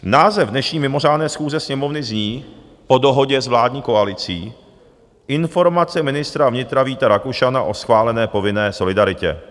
Název dnešní mimořádné schůze Sněmovny zní, po dohodě s vládní koalicí: Informace ministra vnitra Víta Rakušana o schválené povinné solidaritě.